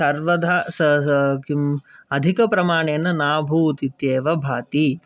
सर्वधा किम् अधिकप्रमाणेन नाभूत् इत्येव भाति